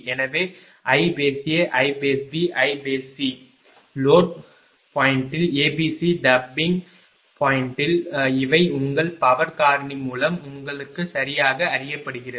எனவே iA iB iC load பாயிண்டில் A B C tapping பாயிண்ட்டில் இவை உங்கள் பவர் காரணி மூலம் உங்கள் சரியாக அறியப்படுகிறது